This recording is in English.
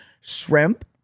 shrimp